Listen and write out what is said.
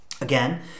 Again